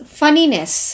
funniness